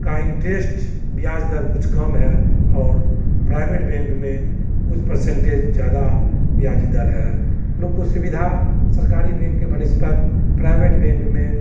का इन्ट्रेश्ट ब्याज दर कुछ कम है और प्राइवेट बैंक में कुछ परसेंटेज ज़्यादा ब्याज दर है लोक को सुविधा सरकारी बेंक के बनिस्पत प्राइवेट बेंक में